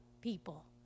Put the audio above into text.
people